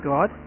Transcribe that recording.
God